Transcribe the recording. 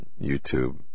YouTube